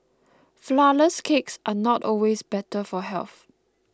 Flourless Cakes are not always better for health